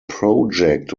project